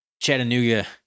Chattanooga—